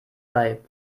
bei